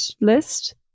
list